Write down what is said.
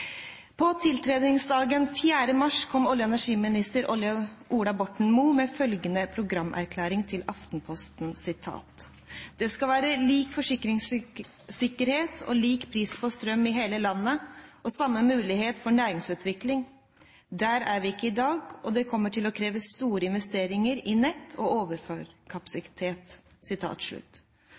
på strøm i hele landet, og samme mulighet for næringsutvikling. Der er vi ikke i dag, og det kommer til å kreve store investeringer i nett og